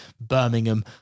Birmingham